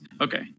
Okay